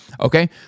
Okay